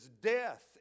death